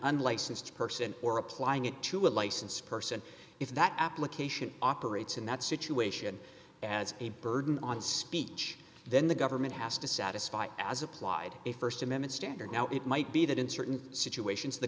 unlicensed person or applying it to a license person if that application operates in that situation as a burden on speech then the government has to satisfy as applied a st amendment standard now it might be that in certain situations the